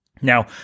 Now